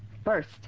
First